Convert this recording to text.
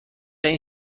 این